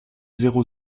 zéro